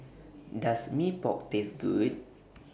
Does Mee Pok Taste Good